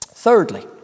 Thirdly